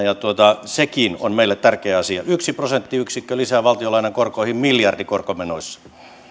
sekin on meille tärkeä asia yksi prosenttiyksikkö lisää valtionlainan korkoihin miljardi korkomenoissa